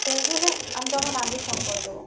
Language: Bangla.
চেঞ্জ হলে আমি তখন আগেই ফোন করে দেবো